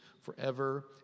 forever